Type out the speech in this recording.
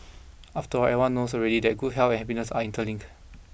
after all everyone knows already that good health and happiness are interlink